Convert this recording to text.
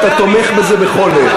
שאתה תומך בזה בכל לב.